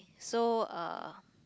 so uh